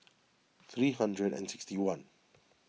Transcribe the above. three hundred and sixty one